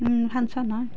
function হয়